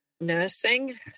nursing